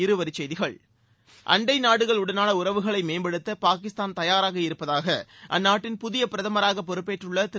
இருவரிச் செய்திகள் அண்டை நாடுகளுடனான உறவுகளை மேம்படுத்த பாகிஸ்தான் தயாராக இருப்பதாக அந்நாட்டின் புதிய பிரதமராக பொறுப்பேற்றுள்ள திரு